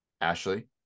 ashley